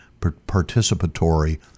participatory